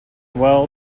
well